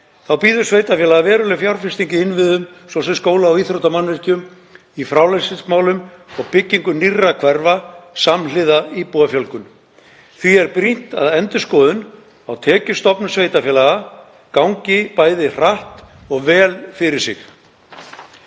Þá bíður sveitarfélaga veruleg fjárfesting í innviðum, svo sem skóla- og íþróttamannvirkjum, í frárennslismálum og byggingu nýrra hverfa samhliða íbúafjölgun. Því er brýnt að endurskoðun á tekjustofnum sveitarfélaga gangi bæði hratt og vel fyrir sig.